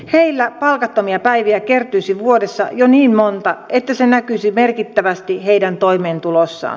heillä palkattomia päiviä kertyisi vuodessa jo niin monta että se näkyisi merkittävästi heidän toimeentulossaan